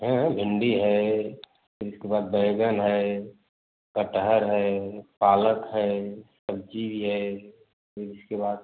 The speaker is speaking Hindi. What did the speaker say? हाँ हाँ भिंडी है फ़िर उसके बाद बैंगन है कटहल है पालक है सब्ज़ी भी है फ़िर उसके बाद